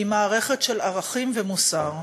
היא מערכת של ערכים ומוסר.